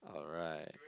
alright